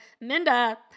minda